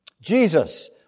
Jesus